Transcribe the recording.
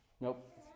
Nope